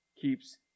keeps